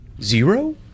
Zero